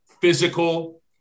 physical